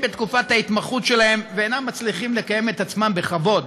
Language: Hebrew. בתקופה ההתמחות שלהם ואינם מצליחים לקיים את עצמם בכבוד,